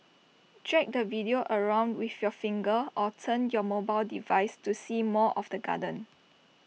drag the video around with your finger or turn your mobile device to see more of the garden